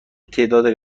تعداد